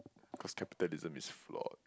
cause capitalism is flawed